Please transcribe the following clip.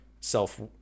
self